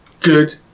Good